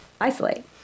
isolate